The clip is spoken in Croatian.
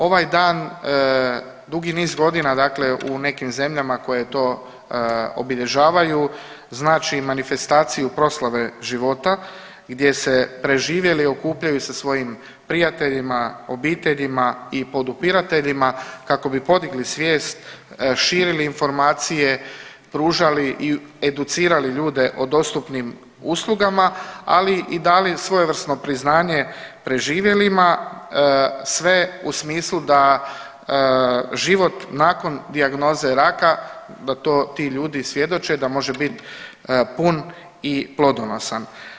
Ovaj dan dugi niz godina, dakle u nekim zemljama koje to obilježavaju znači manifestaciju proslave života gdje se preživjeli okupljaju sa svojim prijateljima, obiteljima i podupirateljima kako bi podigli svijest, širili informacije, pružali i educirali ljude o dostupnim uslugama ali i dali svojevrsno priznanje preživjelima sve u smislu da život nakon dijagnoze raka da ti ljudi svjedoče da može bit pun i plodonosan.